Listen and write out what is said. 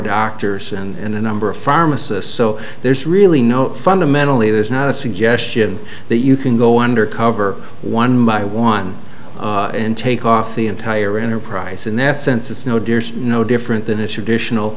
doctors and a number of pharmacists so there's really no fundamentally there's not a suggestion that you can go undercover one by one and take off the entire enterprise in that sense it's no dear no different than issue dition al